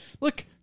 look